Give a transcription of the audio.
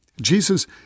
Jesus